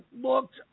looked